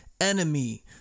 enemy